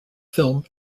film